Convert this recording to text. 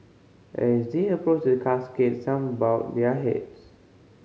as they approached the casket some bowed their heads